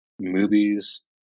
movies